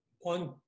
one